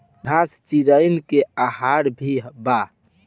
घास चिरईन के आहार भी बा